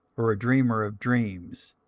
or a dreamer of dreams,